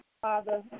Father